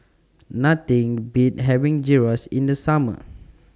Nothing Beats having Gyros in The Summer